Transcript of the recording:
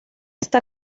está